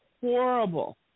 horrible